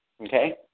okay